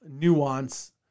nuance